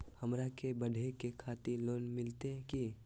हमरा के पढ़े के खातिर लोन मिलते की?